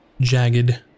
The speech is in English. jagged